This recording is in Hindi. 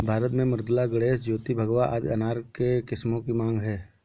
भारत में मृदुला, गणेश, ज्योति, भगवा आदि अनार के किस्मों की मांग है